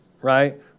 Right